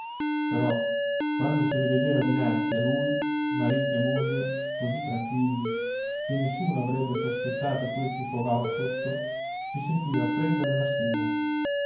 cosa però quando se li vedeva dinanzi a lui marito e moglie così tranquilli che nessuno avrebbe sospettato quel che covava sotto si sentiva freddo nella schiena